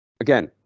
Again